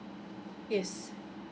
yes